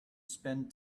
spend